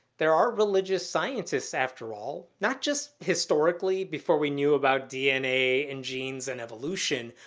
there are religious scientists, after all, not just historically before we knew about dna and genes and evolution,